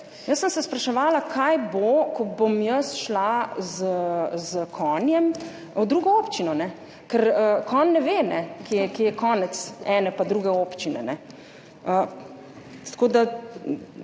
jaz sem se spraševala, kaj bo, ko bom šla s konjem v drugo občino. Ker konj ne ve, kje je konec ene pa druge občine.